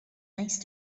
nice